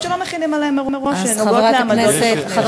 שלא מכינים מראש והן נוגעות לעמדות.